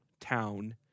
town